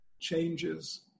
changes